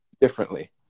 differently